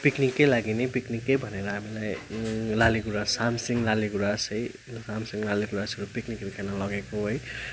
पिक्निककै लागि नै पिक्निकै भनेर हामीलाई लालीगुराँस सामसिङ लालीगुराँस है सामसिङ लालीगुराँसहरू पिक्निकहरू खेल्न लगेको है